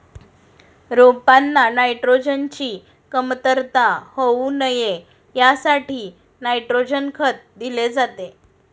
रोपांना नायट्रोजनची कमतरता होऊ नये यासाठी नायट्रोजन खत दिले जाते